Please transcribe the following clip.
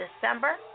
December